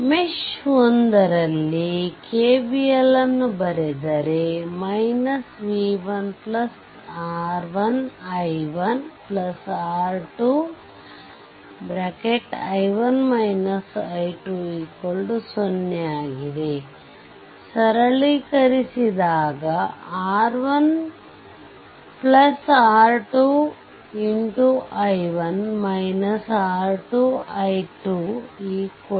mesh 1 ನಲ್ಲಿ KVL ಬರೆದರೆ v1R1i1R20 ಸರಳೀಕರಿಸಿದಾಗ R1R2i1 R2i2v1